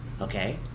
okay